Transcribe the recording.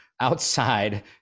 outside